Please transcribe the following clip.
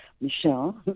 Michelle